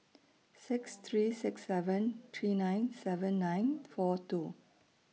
six three six seven three nine seven nine four two